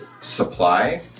supply